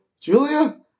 Julia